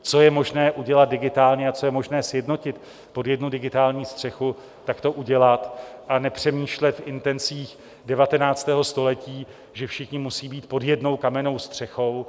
Co je možné udělat digitálně a co je možné sjednotit pod jednu digitální střechu, tak to udělat, a nepřemýšlet v intencích 19. století, že všichni musí být pod jednou kamennou střechou.